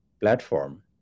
platform